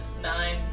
Nine